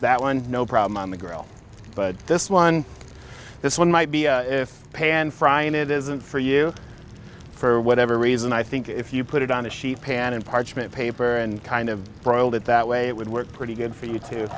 that one no problem on the grill but this one this one might be if pan frying it isn't for you for whatever reason i think if you put it on a sheet pan in parchment paper and kind of broiled it that way it would work pretty good for you too